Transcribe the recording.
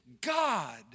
God